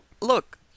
look